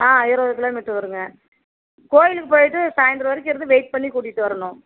ஆ இருபது kilometre வருங்க கோயிலுக்குப் போயிட்டு சாயந்தரம் வரைக்கும் இருந்து வெயிட் பண்ணி கூட்டிகிட்டு வரணும்